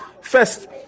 First